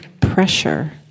pressure